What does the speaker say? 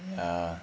ya